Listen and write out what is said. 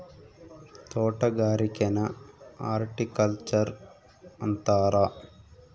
ತೊಟಗಾರಿಕೆನ horticulture ಅಂತಾರ